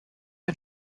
ein